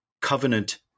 covenant